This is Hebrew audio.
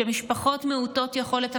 ומשפחות מעוטות יכולת,